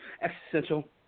Existential